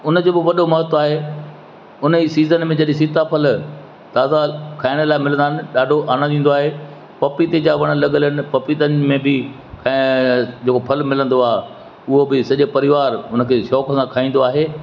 उन जो बि वॾो महत्व आहे उन ई सीज़न में जॾहिं सीताफल ताज़ा खाइण लाइ मिलंदा आहिनि ॾाढो आनंद ईंदो आहे पपीते जा वणु लॻल आहिनि पपीतनि में बि ऐं जेको फल मिलंदो आहे उहो बि सॼे परिवार उन खे शौक़ सां खाईंदो आहे